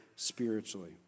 Spiritually